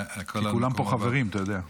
כולם פה חברים, אתה יודע.